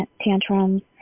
tantrums